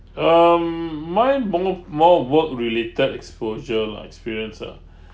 um mine more of more of work related exposure lah experience lah